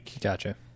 Gotcha